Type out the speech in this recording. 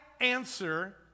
answer